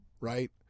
Right